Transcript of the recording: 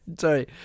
Sorry